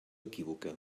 equívoca